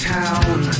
town